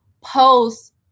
post